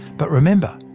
but, remember,